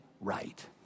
right